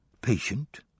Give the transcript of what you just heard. patient